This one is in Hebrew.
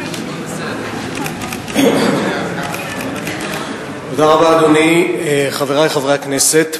אדוני, תודה רבה, חברי חברי הכנסת,